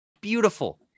Beautiful